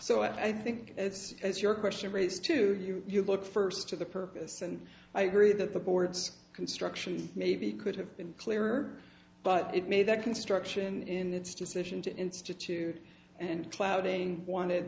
so i think it's as your question raised to you you look first to the purpose and i agree that the board's construction maybe could have been clearer but it made that construction in its decision to institute and clouding wanted